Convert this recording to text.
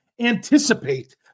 anticipate